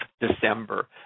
december